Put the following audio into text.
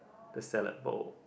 the salad bowl